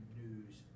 news